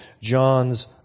John's